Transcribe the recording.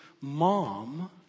mom